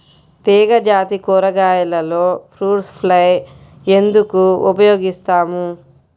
తీగజాతి కూరగాయలలో fruit fly ఎందుకు ఉపయోగిస్తాము?